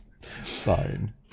Fine